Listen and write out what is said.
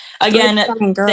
again